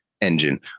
engine